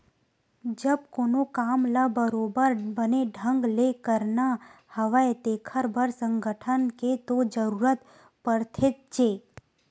जब कोनो काम ल बरोबर बने ढंग ले करना हवय तेखर बर संगठन के तो जरुरत पड़थेचे